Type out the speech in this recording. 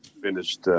Finished